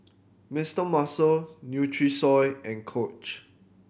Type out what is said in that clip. Mister Muscle Nutrisoy and Coach